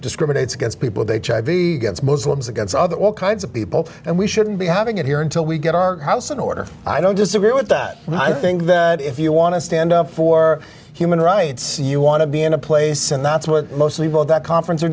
discriminates against people they chevy against muslims against all kinds of people and we shouldn't be having it here until we get our house in order i don't disagree with that but i think that if you want to stand up for human rights you want to be in a place and that's what most people of that conference